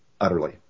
utterly